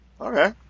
Okay